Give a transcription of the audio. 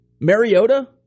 Mariota